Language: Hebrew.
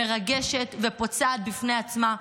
מרגשת ופוצעת בפני עצמה.